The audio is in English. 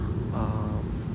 uh